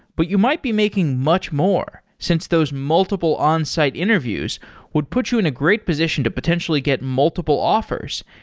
but you might be making much more since those multiple onsite interviews would put you in a great position to potentially get multiple offers,